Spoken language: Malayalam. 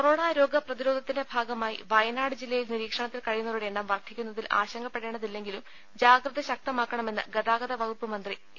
കൊറോണ രോഗ പ്രതിരോധത്തിന്റെ ഭാഗമായി വയനാട് ജില്ലയിൽ നിരീക്ഷണത്തിൽ കഴിയുന്നവരുടെ എണ്ണം വർദ്ധിക്കുന്നതിൽ ആശങ്കപ്പെടേണ്ടതില്ലെങ്കിലും ജാഗ്രത ശക്തമാക്കണമെന്ന് ഗതാഗത വകുപ്പ് മന്ത്രി എ